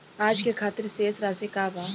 आज के खातिर शेष राशि का बा?